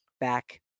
back